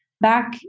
back